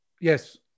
Yes